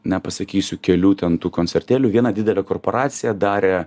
nepasakysiu kelių ten tų koncertėlių viena didelė korporacija darė